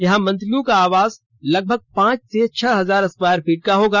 यहां मंत्रियों का आवास लगभग पांच से छह हजार स्क्वायर फीट का होगा